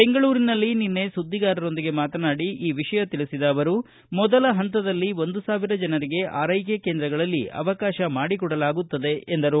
ಬೆಂಗಳೂರಿನಲ್ಲಿ ನಿನ್ನೆ ಸುದ್ದಿಗಾರರೊಂದಿಗೆ ಮಾತನಾಡಿ ಈ ವಿಷಯ ತಿಳಿಸಿದ ಅವರು ಮೊದಲ ಹಂತದಲ್ಲಿ ಒಂದು ಸಾವಿರ ಜನರಿಗೆ ಆರೈಕೆ ಕೇಂದ್ರಗಳಲ್ಲಿ ಅವಕಾಶ ಮಾಡಿಕೊಡಲಾಗುತ್ತದೆ ಎಂದರು